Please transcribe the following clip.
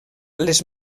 les